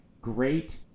great